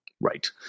Right